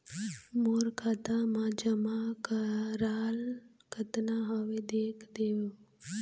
मोर खाता मा जमा कराल कतना हवे देख देव?